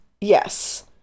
Yes